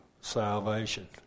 salvation